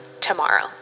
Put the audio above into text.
tomorrow